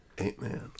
amen